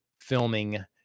filming